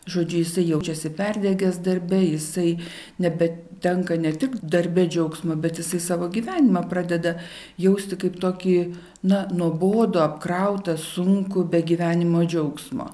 žodžiu jisai jaučiasi perdegęs darbe jisai ne bet tenka ne tik darbe džiaugsmo bet jisai savo gyvenimą pradeda jausti kaip tokį na nuobodų apkrautą sunkų be gyvenimo džiaugsmo